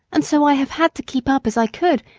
and so i have had to keep up as i could,